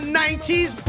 90s